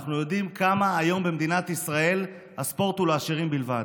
אנחנו יודעים כמה היום במדינת ישראל הספורט הוא לעשירים בלבד.